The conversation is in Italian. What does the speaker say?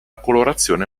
colorazione